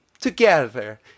Together